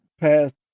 past